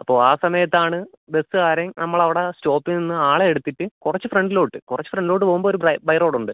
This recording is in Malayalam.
അപ്പോൾ ആ സമയത്താണ് ബസ്സുകാരൻ നമ്മൾ അവിടെ സ്റ്റോപ്പിൽ നിന്ന ആളെ എടുത്തിട്ട് കുറച്ച് ഫ്രണ്ടിലോട്ട് കുറച്ച് ഫ്രണ്ടിലോട്ട് പോവുമ്പോൾ ഒരു ബൈ റോഡ് ഉണ്ട്